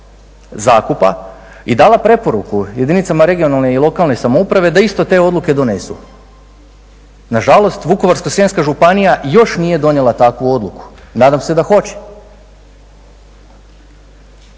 zakupa i dala preporuku jedinicama regionalne i lokalne samouprave da isto te odluke donesu. Nažalost, Vukovarsko-srijemska županija još nije donijela takvu odluku, nadam se da hoće.